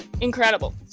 Incredible